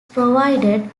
provided